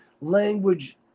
language